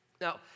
Now